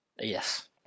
yes